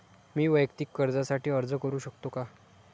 मी वैयक्तिक कर्जासाठी अर्ज करू शकतो का?